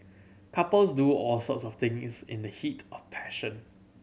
couples do all sorts of things in the heat of passion